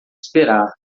esperar